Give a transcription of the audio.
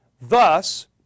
Thus